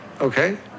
okay